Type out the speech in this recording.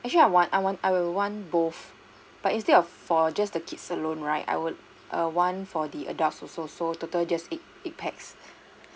actually I want I want I will want both but instead of for just the kids alone right I would err want for the adults also so total just eight eight pax